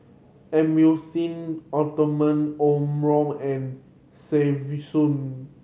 Emulsying Omron and Selsun